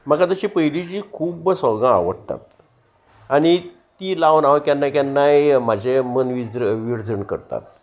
म्हाका तशीं पयलींची खूब्ब सोंगां आवडटात आनी ती लावन हांव केन्ना केन्नाय म्हाजें मन विज विर्जण करतात